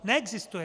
Neexistuje.